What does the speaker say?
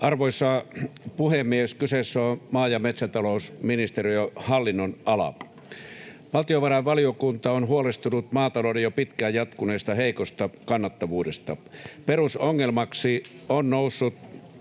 Arvoisa puhemies! Kyseessä on maa‑ ja metsätalousministeriön hallinnonala. Valtiovarainvaliokunta on huolestunut maatalouden jo pitkään jatkuneesta heikosta kannattavuudesta. Perusongelmaksi on noussut